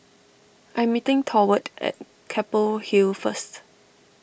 I'm meeting Thorwald at Keppel Hill first